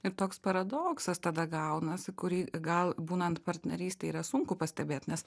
ir toks paradoksas tada gaunasi kurį gal būnant partnerystėj yra sunku pastebėt nes